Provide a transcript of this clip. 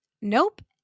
nope